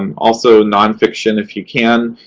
um also nonfiction, if you can.